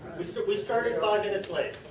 we so we started five minutes late.